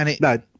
No